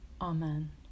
Amen